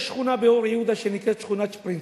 יש שכונה באור-יהודה שנקראת שכונת-שפרינצק.